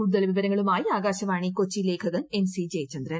കൂടുതൽ വിവരങ്ങളുമായ ആകാശവാണി കൊച്ചി ലേഖകൻ എൻ സി ജയചന്ദ്രൻ